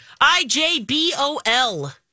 I-J-B-O-L